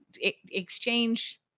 exchange